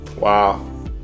Wow